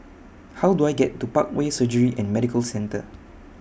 How Do I get to Parkway Surgery and Medical Centre